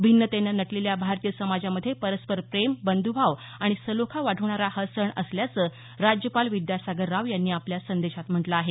भिन्नतेनं नटलेल्या भारतीय समाजामध्ये परस्पर प्रेम बंध्भाव आणि सलोखा वाढवणारा हा सण असल्याचं राज्यपाल विद्यासागर राव यांनी आपल्या संदेशात म्हटलं आहे